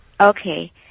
Okay